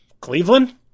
Cleveland